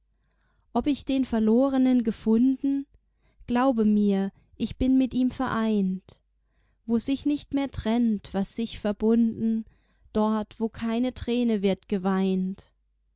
ob ich den verlorenen gefunden glaube mir ich bin mit ihm vereint wo sich nicht mehr trennt was sich verbunden dort wo keine träne wird geweint